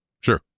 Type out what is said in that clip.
Sure